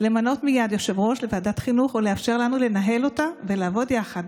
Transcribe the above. למנות מייד יושב-ראש לוועדת חינוך ולאפשר לנו לנהל אותה ולעבוד יחד